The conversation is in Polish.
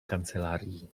kancelarii